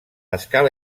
escala